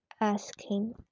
asking